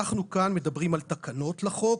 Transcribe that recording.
אנחנו כאן מדברים על תקנות לחוק,